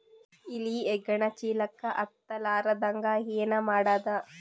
ಇಲಿ ಹೆಗ್ಗಣ ಚೀಲಕ್ಕ ಹತ್ತ ಲಾರದಂಗ ಏನ ಮಾಡದ?